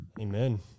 Amen